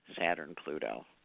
Saturn-Pluto